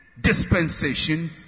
dispensation